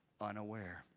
unaware